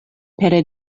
pere